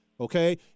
Okay